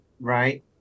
right